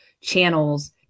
channels